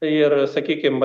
ir sakykim